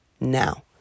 now